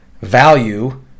value